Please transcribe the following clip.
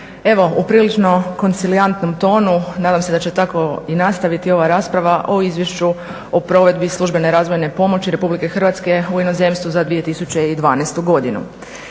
Evo u prilično koncilijantnom tonu nadam se da će tako i nastaviti ova rasprava o Izvješću o provedbi službene razvojne pomoći Republike Hrvatske u inozemstvu za 2012. godinu.